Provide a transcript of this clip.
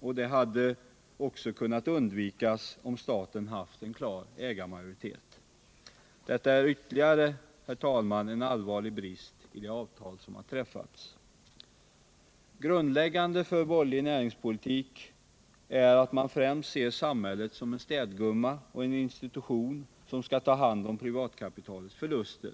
och det hade kunnat undvikas om staten hade haft en klar ägarmajoritet. Detta är ytterligare, herr talman, en allvarlig brist i det avtal som har träffats. Grundläggande för borgerlig näringspolitik är att man främst ser samhället som en städgumma och en institution som skall ta hand om privatkapitalets förluster.